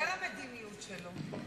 בהעדר המדיניות שלו.